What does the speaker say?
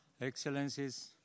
Excellencies